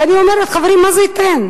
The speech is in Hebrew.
ואני אומרת: חברים, מה זה ייתן?